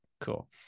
Cool